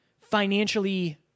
financially